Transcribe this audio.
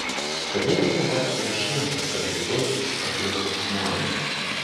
padėkime verslui šiandien kad rytoj jis padėtų menui